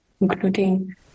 including